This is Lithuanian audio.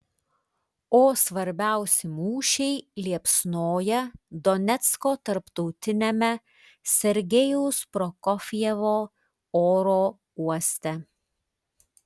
o svarbiausi mūšiai liepsnoja donecko tarptautiniame sergejaus prokofjevo oro uoste